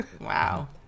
Wow